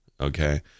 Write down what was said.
Okay